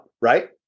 right